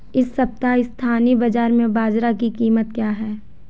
इस सप्ताह स्थानीय बाज़ार में बाजरा की कीमत क्या है?